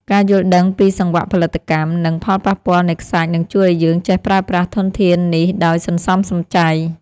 ការយល់ដឹងពីសង្វាក់ផលិតកម្ម និង ផលប៉ះពាល់នៃខ្សាច់នឹងជួយឱ្យយើងចេះប្រើប្រាស់ធនធាននេះដោយសន្សំសំចៃ។